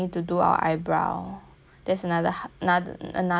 that's another hu~ noth~ another hundred plus dollar gone